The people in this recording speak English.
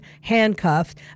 handcuffed